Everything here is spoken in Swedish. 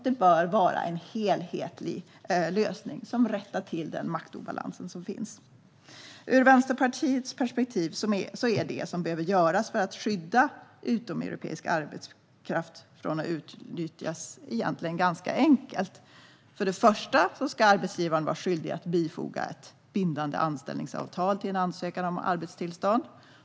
Det bör vara en helhetslösning som rättar till den maktobalans som finns. Ur Vänsterpartiets perspektiv är det som behöver göras för att skydda utomeuropeisk arbetskraft från att utnyttjas egentligen ganska enkelt. För det första ska arbetsgivaren vara skyldig att bifoga ett bindande anställningsavtal till en ansökan om arbetstillstånd.